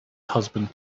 husband